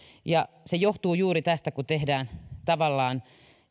ja se johtuu juuri tästä kun tehdään tavallaan